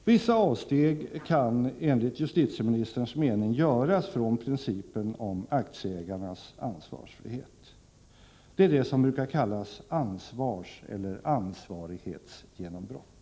Vissa avsteg kan enligt justitieministerns mening göras från principen om aktieägarnas ansvarsfrihet. Det är det som brukar kallas ansvarseller ansvarighetsgenombrott.